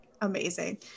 amazing